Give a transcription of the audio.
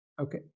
Okay